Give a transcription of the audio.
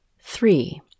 Three